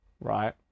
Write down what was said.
right